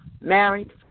married